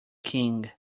king